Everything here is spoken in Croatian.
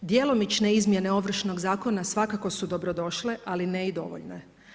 Djelomične izmjene Ovršnog zakona svakako su dobro došle, ali ne i dovoljne.